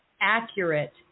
accurate